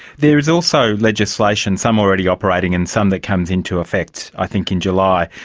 there is also legislation, some already operating and some that comes into effect i think in july,